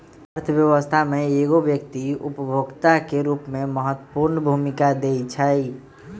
अर्थव्यवस्था में एगो व्यक्ति उपभोक्ता के रूप में महत्वपूर्ण भूमिका दैइ छइ